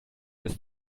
ist